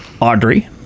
Audrey